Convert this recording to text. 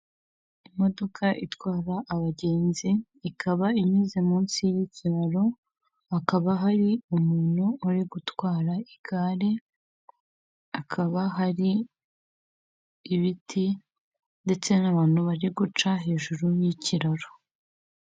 Imodoka itwara abagenzi ikaba inyuze munsi y'ikiraro, hakaba hari umuntu uri gutwara igare, hakaba hari ibiti ndetse n'abantu bari guca hejuru y'ikiraro.